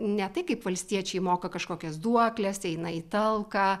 ne tai kaip valstiečiai moka kažkokias duokles eina į talką